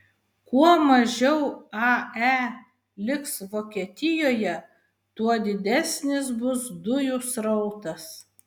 kuo mažiau ae liks vokietijoje tuo didesnis bus dujų srautas